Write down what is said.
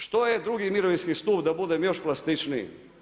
Što je II. mirovinski stup da budem još plastičniji?